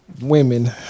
women